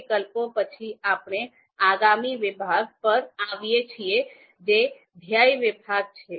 હવે વિકલ્પો પછી આપણે આગામી વિભાગ પર આવીએ છીએ જે ધ્યેય વિભાગ છે